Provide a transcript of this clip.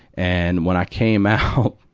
and, when i came out,